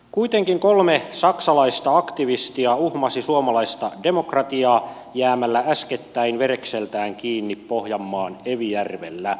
kuitenkin kolme saksalaista aktivistia uhmasi suomalaista demokratiaa jäämällä äskettäin verekseltään kiinni pohjanmaan evijärvellä ministerin kotikonnuilla